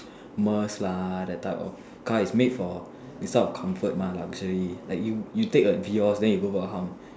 Merce lah that type of car is made for this kind of comfort mah luxury like you take a Vios then you go for a hump